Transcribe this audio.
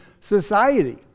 society